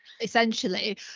essentially